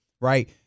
right